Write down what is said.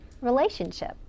relationship